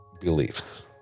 beliefs